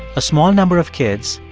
a small number of kids,